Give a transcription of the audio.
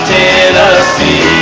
Tennessee